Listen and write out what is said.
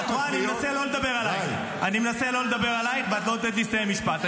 את לא נותנת לי לסיים משפט.